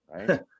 right